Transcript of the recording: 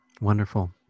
Wonderful